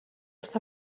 wrth